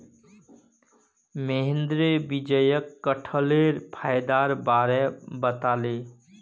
महेंद्र विजयक कठहलेर फायदार बार बताले